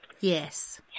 Yes